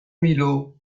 milhaud